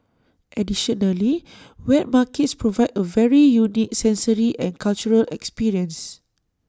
additionally wet markets provide A very unique sensory and cultural experience